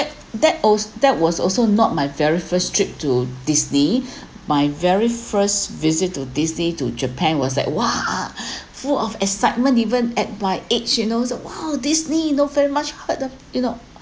that als~ that was also not my very first trip to disney my very first visit to disney to japan was like !wah! full of excitement even at my age you know so !wow! disney you know very much heard of you know